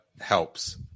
helps